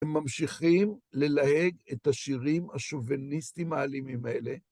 הם ממשיכים ללהג את השירים השוביניסטיים האלימים האלה.